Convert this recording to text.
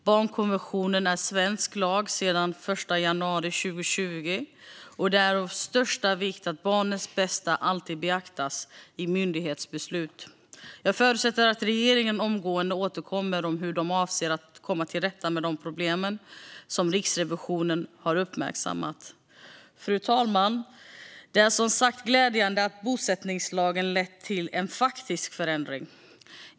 Barnkonventionen är svensk lag sedan den 1 januari 2020, och det är av största vikt att barnets bästa alltid beaktas i myndighetsbeslut. Jag förutsätter att regeringen omgående återkommer om hur de avser att komma till rätta med de problem som Riksrevisionen uppmärksammat. Fru talman! Det är som sagt glädjande att bosättningslagen lett till en faktisk förändring.